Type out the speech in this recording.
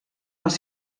els